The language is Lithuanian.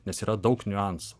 nes yra daug niuansų